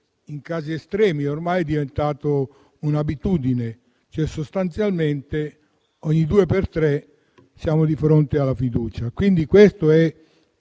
in casi estremi è ormai diventato un'abitudine. Sostanzialmente, ogni due per tre siamo di fronte alla fiducia. Questa è